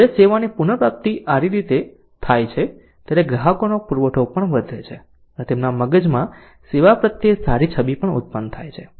જ્યારે સેવા ની પુનઃ પ્રાપ્તિ આરી રીતે થાય છે ત્યારે ગ્રાહકો નો પુરવઠો પણ વધે છે અને તેમના મગજમાં સેવા પ્રત્યે સારી છબી પણ ઉત્પન્ન થાય છે